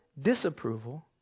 disapproval